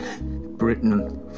Britain